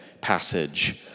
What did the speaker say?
passage